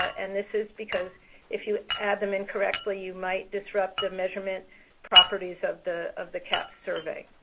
and this is because if you add them incorrectly, you might disrupt the measurement properties of the of the cahps survey.